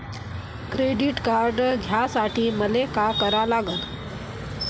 Credit card घ्यासाठी मले का करा लागन?